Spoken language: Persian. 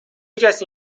کسی